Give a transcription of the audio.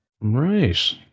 Right